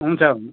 हुन्छ